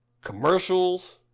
commercials